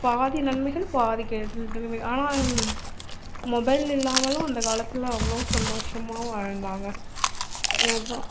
பாதி நன்மைகள் பாதி கெடுதல் ஆனால் மொபைல் இல்லாமலும் அந்த காலத்தில் அவ்வளோ சந்தோஷமாக வாழ்ந்தாங்க அதான்